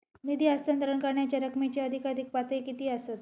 निधी हस्तांतरण करण्यांच्या रकमेची अधिकाधिक पातळी किती असात?